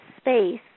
space